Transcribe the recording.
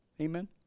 Amen